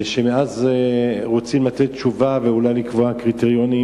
ושמאז רוצים לתת תשובה ואולי לקבוע קריטריונים